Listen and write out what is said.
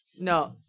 No